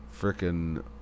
freaking